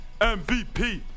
MVP